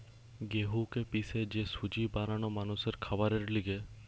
গেহুকে পিষে যে সুজি বানানো মানুষের খাবারের লিগে